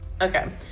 Okay